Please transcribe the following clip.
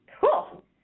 Cool